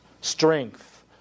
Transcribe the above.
Strength